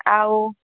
ଆଉ